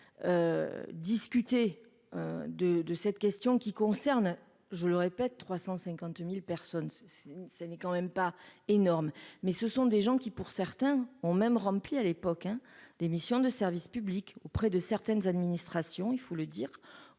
discuter de de cette question qui concerne, je le répète, 350000 personnes, ce n'est quand même pas énorme, mais ce sont des gens qui pour certains ont même rempli à l'époque, hein, des missions de service public auprès de certaines administrations, il faut le dire